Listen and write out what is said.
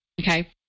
okay